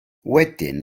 wedyn